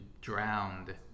drowned